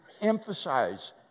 emphasize